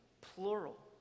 plural